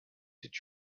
did